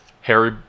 Harry